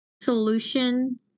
solution